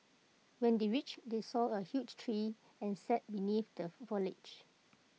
when they reached they saw A huge tree and sat beneath the foliage